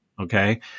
Okay